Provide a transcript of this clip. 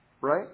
right